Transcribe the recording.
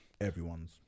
Everyone's